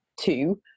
two